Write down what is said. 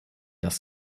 das